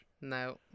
no